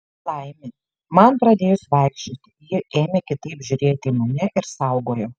laimė man pradėjus vaikščioti ji ėmė kitaip žiūrėti į mane ir saugojo